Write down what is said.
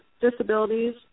disabilities